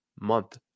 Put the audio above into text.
month